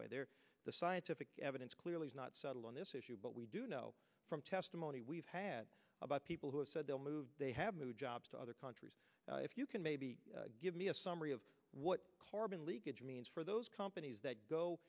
way there the scientific evidence clearly is not settled on this issue but we do know from testimony we've had about people who have said they'll move they have moved jobs to other countries if you can maybe give me a summary of what carbon leakage means for those companies that go